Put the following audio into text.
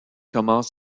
commence